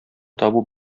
табу